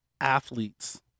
athletes